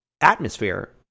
atmosphere